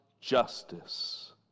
justice